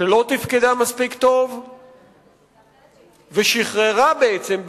שלא תפקדה מספיק טוב ושחררה בעצם,